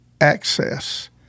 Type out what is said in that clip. access